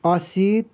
Asit